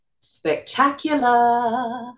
Spectacular